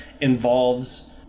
involves